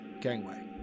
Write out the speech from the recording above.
Gangway